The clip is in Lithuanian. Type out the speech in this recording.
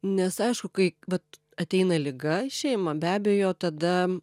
nes aišku kai vat ateina liga į šeimą be abejo tada